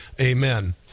Amen